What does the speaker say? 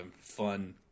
fun